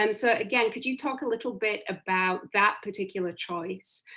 um so again, could you talk a little bit about that particular choice?